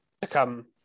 become